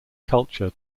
culture